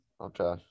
Okay